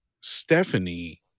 Stephanie